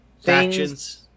factions